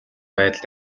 байдалд